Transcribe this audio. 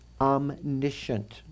omniscient